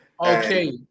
Okay